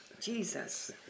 Jesus